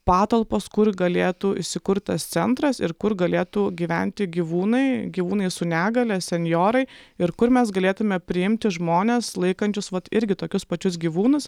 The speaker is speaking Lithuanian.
patalpos kur galėtų įsikurt tas centras ir kur galėtų gyventi gyvūnai gyvūnai su negalia senjorai ir kur mes galėtume priimti žmones laikančius vat irgi tokius pačius gyvūnus